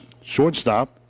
shortstop